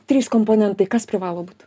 trys komponentai kas privalo būt